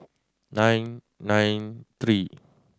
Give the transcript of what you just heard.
nine nine three